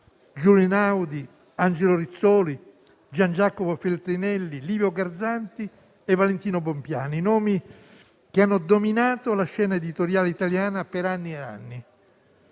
Giulio Einaudi, Angelo Rizzoli, Giangiacomo Feltrinelli, Livio Garzanti e Valentino Bompiani: i nomi che hanno dominato la scena editoriale italiana per anni e anni.